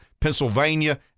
Pennsylvania